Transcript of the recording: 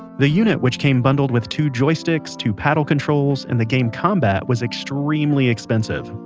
the unit which came bundled with two joysticks, two paddle controls, and the game combat was extremely expensive.